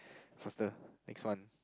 faster next one